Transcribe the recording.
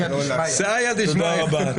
תודה רבה.